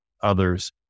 others